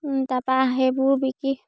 তাপা সেইবোৰ বিকি